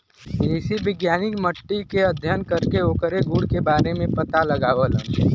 कृषि वैज्ञानिक मट्टी के अध्ययन करके ओकरे गुण के बारे में पता लगावलन